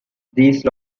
these